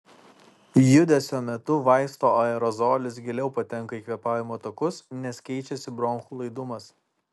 judesio metu vaisto aerozolis giliau patenka į kvėpavimo takus nes keičiasi bronchų laidumas